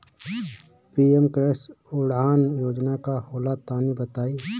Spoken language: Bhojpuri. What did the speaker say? पी.एम कृषि उड़ान योजना का होला तनि बताई?